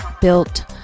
built